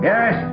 Yes